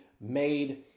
made